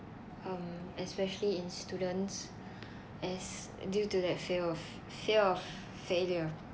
(um)especially in students as due to that fear of fear of failure